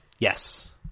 Yes